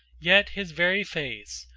yet his very face,